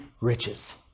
riches